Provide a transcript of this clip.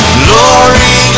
glory